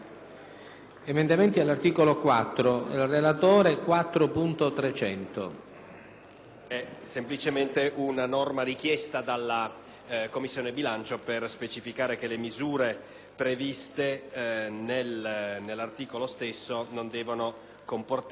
semplicemente una norma richiesta dalla Commissione bilancio, per specificare che le misure previste nell'articolo stesso non devono comportare oneri. In sostanza, i funzionari che vanno a